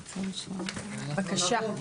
בבקשה.